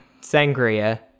sangria